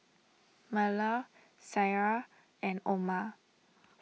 Melur Syirah and Omar